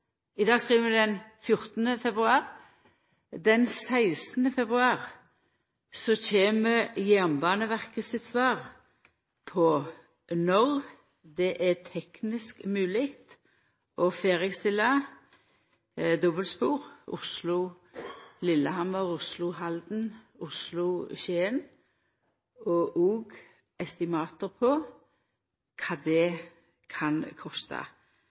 februar kjem Jernbaneverket sitt svar på når det er teknisk mogleg å ferdigstilla dobbeltspor Oslo–Lillehammer, Oslo–Halden, Oslo–Skien og estimat på kva det kan kosta.